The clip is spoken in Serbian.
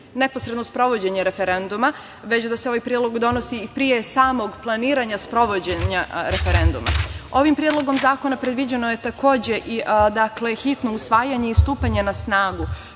neposredno sprovođenje referenduma, već da se ovaj predlog donosi pre samog planiranja sprovođenja referenduma. Ovim predlogom zakona je predviđeno hitno usvajanje i stupanje na snagu,